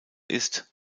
ist